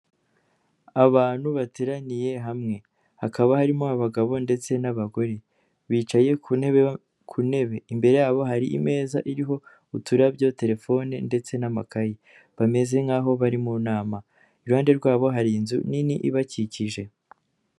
Abantu bateraniye hamwe, hakaba harimo abagabo ndetse n'abagore, bicaye ku ntebe, imbere yabo hari imeza iriho uturabyo, telefone ndetse n'amakayi, bameze nk'aho bari mu nama, iruhande rwabo hari inzu nini ibakikije.